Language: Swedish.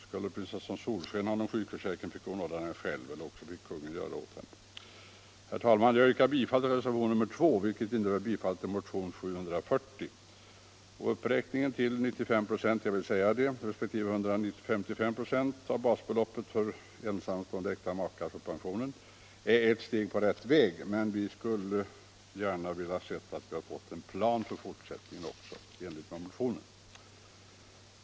Skulle prinsessan Solsken ha någon sjukförsäkring fick hon ordna den själv — eller också fick kungen göra det åt henne. Herr talman! Jag yrkar bifall till reservationen 2, vilket innebär bifall till motion 740. Uppräkningen till 95 96 resp. 155 96 av basbeloppet för ensamstående och äkta makar när det gäller pensionen är ett steg på rätt väg, men vi skulle gärna se att vi hade fått en plan för fortsättningen också i enlighet med motionen.